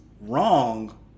wrong